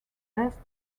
best